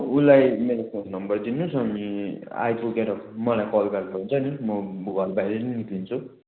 उसलाई मेरो phone number दिनुहोस् अनि आइपुगेर मलाई कल गर्दा हुन्छ नि म घरबाहिर नै निक्लिन्छु